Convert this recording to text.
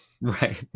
Right